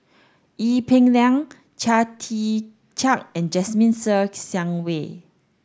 Ee Peng Liang Chia Tee Chiak and Jasmine Ser Xiang Wei